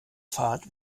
fahrt